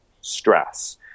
stress